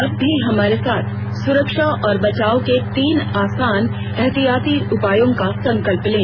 आप भी हमारे साथ सुरक्षा और बचाव के तीन आसान एहतियाती उपायों का संकल्प लें